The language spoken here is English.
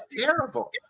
terrible